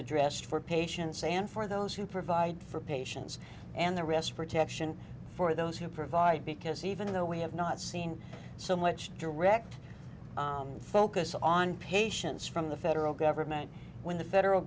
addressed for patients and for those who provide for patients and the rest protection for those who provide because even though we have not seen so much direct focus on patients from the federal government when the federal